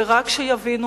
ורק שיבינו,